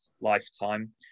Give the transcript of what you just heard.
lifetime